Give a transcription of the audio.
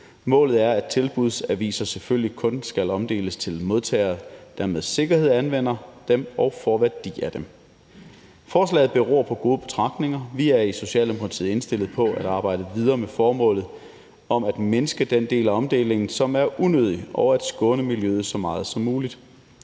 Målet er, at tilbudsaviser selvfølgelig kun skal omdeles til modtagere, der med sikkerhed anvender dem og får værdi af dem. Forslaget beror på gode betragtninger. Vi er i Socialdemokratiet indstillet på at arbejde videre med formålet om at mindske den del af omdelingen, som er unødig, og at skåne miljøet så meget som muligt.